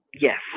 Yes